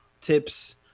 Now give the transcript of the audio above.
tips